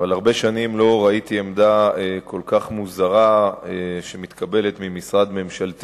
אבל הרבה שנים לא ראיתי עמדה כל כך מוזרה שמתקבלת ממשרד ממשלתי,